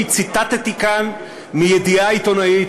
ציטטתי כאן מידיעה עיתונאית,